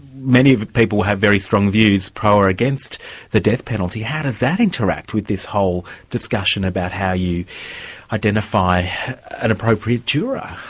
many of the people have very strong views pro or against the death penalty. how does that interact with this whole discussion about how you identify an appropriate juror?